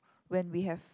when we have